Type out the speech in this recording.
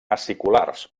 aciculars